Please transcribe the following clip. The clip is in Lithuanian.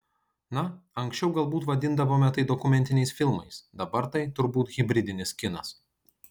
na anksčiau galbūt vadindavome tai dokumentiniais filmais dabar tai turbūt hibridinis kinas